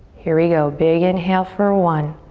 here we go, big inhale for one,